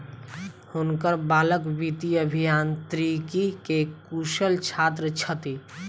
हुनकर बालक वित्तीय अभियांत्रिकी के कुशल छात्र छथि